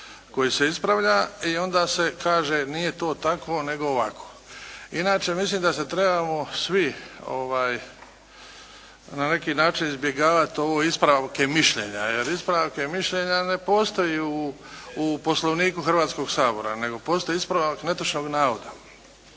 koji se ispravlja i onda se kaže nije to tako nego ovako. Inače mislim da se trebamo svi na neki način izbjegavati ovo ispravke mišljenja jer ispravke mišljenja ne postoje u Poslovniku Hrvatskog sabora nego postoji ispravak netočnog navoda.